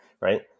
Right